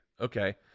Okay